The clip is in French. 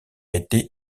été